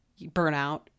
burnout